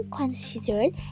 considered